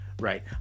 right